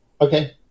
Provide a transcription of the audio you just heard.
Okay